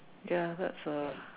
ya that's a